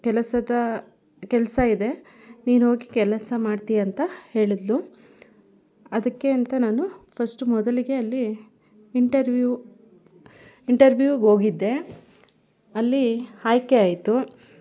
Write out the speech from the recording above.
ಕೆಲಸದ ಕೆಲಸ ಇದೆ ನೀನು ಹೋಗಿ ಕೆಲಸ ಮಾಡ್ತೀಯ ಅಂತ ಹೇಳಿದ್ಲು ಅದಕ್ಕೆ ಅಂತ ನಾನು ಫಸ್ಟ್ ಮೊದಲಿಗೆ ಅಲ್ಲಿ ಇಂಟರ್ವ್ಯೂ ಇಂಟರ್ವ್ಯೂಗೆ ಹೋಗಿದ್ದೆ ಅಲ್ಲಿ ಆಯ್ಕೆ ಆಯಿತು